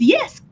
Yes